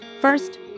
First